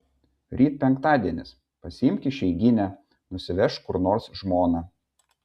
ryt penktadienis pasiimk išeiginę nusivežk kur nors žmoną